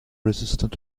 resistant